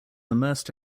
immersed